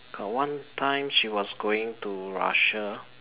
got one time she was going to Russia